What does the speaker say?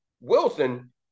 Wilson